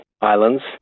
Islands